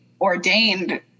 ordained